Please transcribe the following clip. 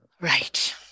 Right